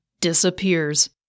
disappears